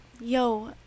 yo